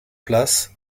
place